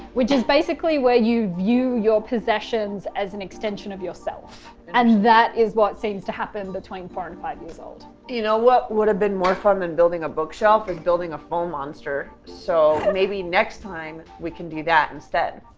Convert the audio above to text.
which is basically where you view your possessions as an extension of yourself. and that is what seems to happen between four and five years old. you know what would have been more fun than building a bookshelf is building a foam monster so maybe next time, we can do that instead.